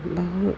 बहु